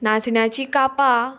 नाचण्याची कापां